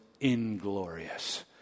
inglorious